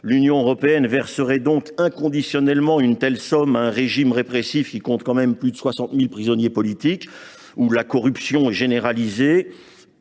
L’Union européenne verserait donc inconditionnellement une telle somme à un régime répressif qui compte quand même plus de 60 000 prisonniers politiques et où la corruption est généralisée.